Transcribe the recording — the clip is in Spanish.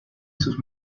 sus